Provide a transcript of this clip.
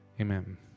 Amen